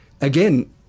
again